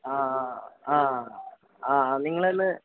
ആ ആ ആ ആ നിങ്ങളിന്ന്